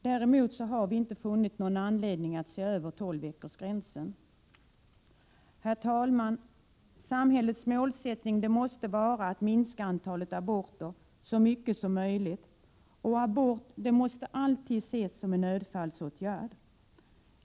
Utskottet har däremot inte funnit någon anledning att se över 12-veckorsgränsen. Herr talman! Samhällets målsättning måste vara att minska antalet aborter så mycket som möjligt, och abort måste alltid ses som en nödfallsåtgärd.